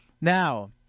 Now